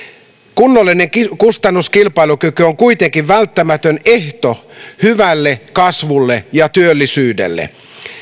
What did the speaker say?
kunnollinen kustannuskilpailukyky on kuitenkin välttämätön ehto hyvälle kasvulle ja työllisyydelle